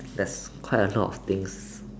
there's quite a lot of things